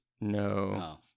no